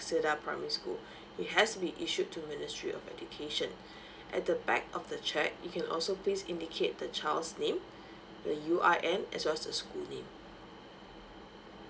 cedar primary school it has to be issued to ministry of education at the back of the cheque you can also please indicate the child's name the U_I_N as well as the school name